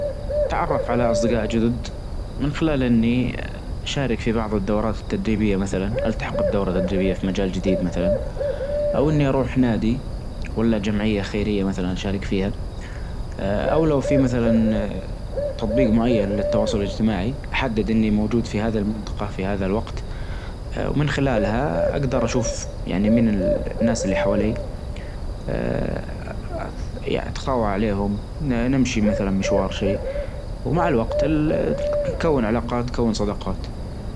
نتعرف على اصدجاء جدد من خلال اني اشارك في بعظ الدورات التدريبية مثلا التحق بدورة تدريبية في مجال جديد مثلا او اني اروح نادي ولا جمعية خيرية مثلا اشارك فيها او لو في مثلا تطبيج معين للتواصل الاجتماعي أحدد اني موجود في هذه المنطقة في هذا الوقت ومن خلالها اجدر اشوف يعني مين الناس اللي حوالي اتخاوى عليهم نمشي مثلا مشوار شيء ومع الوقت تكون علاقات تكون صداقات.